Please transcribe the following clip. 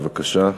בבקשה.